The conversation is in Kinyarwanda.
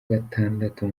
gatandatu